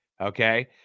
Okay